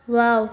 wow